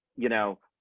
you know,